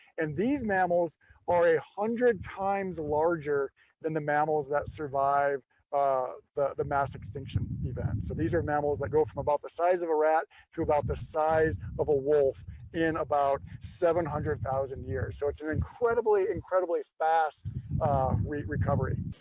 and these mammals are a hundred times larger than the mammals that survive the the mass extinction events. so these are mammals like go from about the size of a rat to about the size of a wolf in about seven hundred thousand years. so it's an incredibly, incredibly fast recovery.